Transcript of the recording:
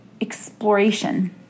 exploration